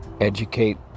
educate